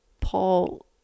Paul